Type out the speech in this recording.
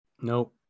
Nope